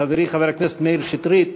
חברי חבר הכנסת מאיר שטרית,